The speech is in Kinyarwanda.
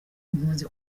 impunzi